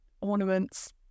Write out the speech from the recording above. ornaments